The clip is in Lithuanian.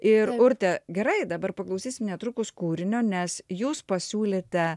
ir urte gerai dabar paklausysim netrukus kūrinio nes jūs pasiūlėte